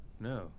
No